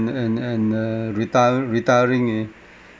and and uh retir~ retiring eh